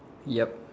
yup